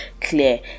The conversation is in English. clear